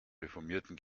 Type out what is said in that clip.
reformierten